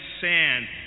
sand